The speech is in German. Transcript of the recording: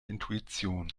intuition